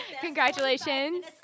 congratulations